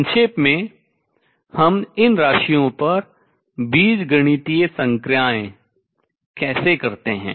संक्षेप में हम इन राशियों पर बीजगणितीय संक्रियाएँ कैसे करते हैं